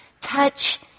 touch